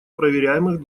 проверяемых